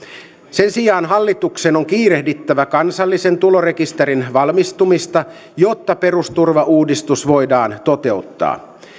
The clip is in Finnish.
sen sijaan hallituksen on kiirehdittävä kansallisen tulorekisterin valmistumista jotta perusturvauudistus voidaan toteuttaa